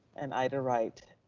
and ida wright,